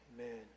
Amen